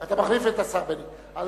אתה מחליף את השר בני בגין.